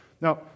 Now